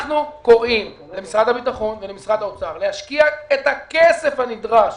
אנחנו קוראים למשרד הביטחון ולמשרד האוצר להשקיע את הכסף הנדרש